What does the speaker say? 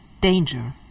danger